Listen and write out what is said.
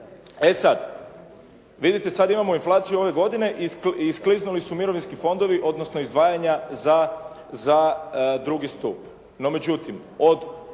E sada, vidite sada imamo inflaciju ove godine i iskliznuli su mirovinski fondovi odnosno izdvajanja za drugi stup. No međutim, od